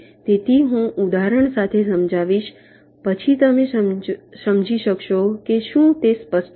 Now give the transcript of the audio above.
તેથી હું ઉદાહરણ સાથે સમજાવીશ પછી તમે સમજી શકશો કે શું તે સ્પષ્ટ છે